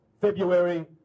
February